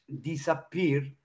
disappear